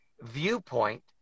viewpoint